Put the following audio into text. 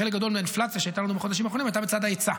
חלק גדול מהאינפלציה שהייתה לנו בחודשים האחרונים הייתה בצד ההיצע.